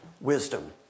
wisdom